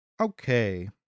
Okay